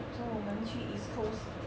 so 我们去 east coast